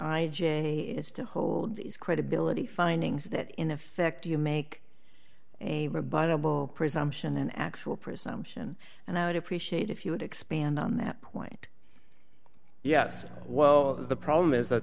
a is to hold these credibility findings that in effect you make a rebuttable presumption an actual presumption and i would appreciate if you would expand on that point yes well the problem is that